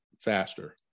faster